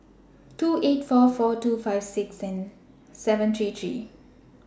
two eight four four two five six seven three three